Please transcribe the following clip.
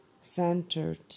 centered